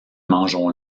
mangeons